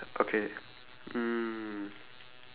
ya the dog tail is pointing up it's brown colour